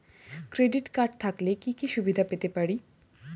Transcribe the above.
Credit card থাকলে কি কি সুবিধা পেতে পারি?